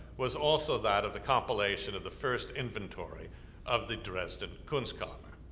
was also that of the compilation of the first inventory of the dresden kunstkammer.